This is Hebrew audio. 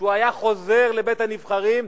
כשהוא היה חוזר לבית-הנבחרים,